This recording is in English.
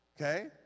Okay